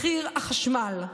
מחיר החשמל,